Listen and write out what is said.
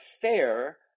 fair